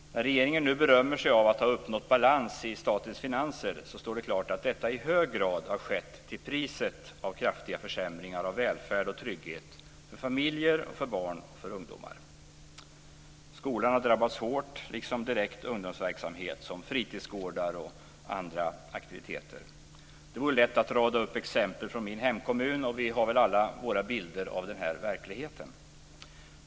När regeringen nu berömmer sig av att ha uppnått balans i statens finanser står det klart att detta i hög grad skett till priset av kraftiga försämringar av välfärd och trygghet för familjer, barn och ungdomar. Skolan har drabbats hårt liksom direkt ungdomsverksamhet som fritidsgårdar och andra aktiviteter. Det vore lätt att rada upp exempel från min hemkommun, och vi har väl alla våra bilder av denna verklighet.